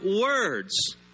words